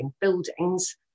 buildings